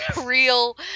real